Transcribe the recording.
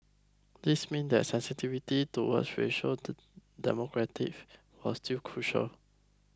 this meant that sensitivity toward racial was still crucial